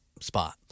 spot